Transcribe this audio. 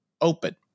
open